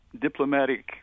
diplomatic